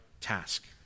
task